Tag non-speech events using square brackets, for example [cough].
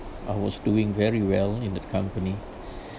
I was doing very well in the company [breath]